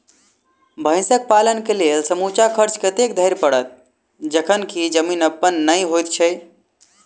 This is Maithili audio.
भैंसक पालन केँ लेल समूचा खर्चा कतेक धरि पड़त? जखन की जमीन अप्पन नै होइत छी